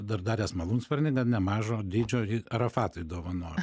dar daręs malūnsparnį gan nemažo dydžio jį arafatui dovanojo